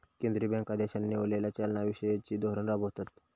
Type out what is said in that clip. केंद्रीय बँका देशान निवडलेला चलना विषयिचा धोरण राबवतत